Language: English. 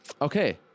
Okay